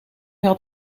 had